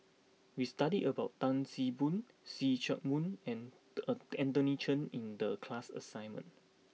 we studied about Tan See Boo See Chak Mun and a Anthony Chen in the class assignment